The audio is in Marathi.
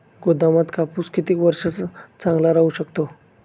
गोदामात कापूस किती वर्ष चांगला राहू शकतो?